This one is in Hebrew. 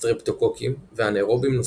סטרפטוקוקים ואנארובים נוספים.